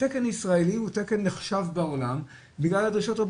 תקן ישראלי הוא תקן נחשב בעולם בגלל הדרישות.